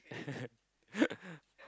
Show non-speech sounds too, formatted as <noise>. <laughs>